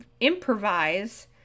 improvise